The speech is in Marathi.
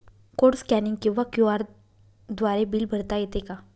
कोड स्कॅनिंग किंवा क्यू.आर द्वारे बिल भरता येते का?